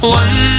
one